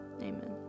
Amen